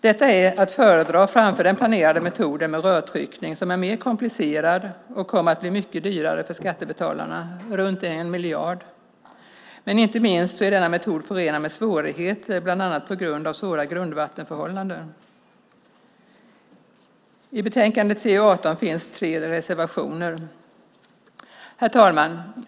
Detta är att föredra framför den planerade metoden med rörtryckning, som är mer komplicerad och kommer att bli mycket dyrare för skattebetalarna, runt 1 miljard. Men inte minst är denna metod förenad med svårigheter, bland annat på grund av svåra grundvattenförhållanden. I betänkandet CU18 finns tre reservationer. Herr talman!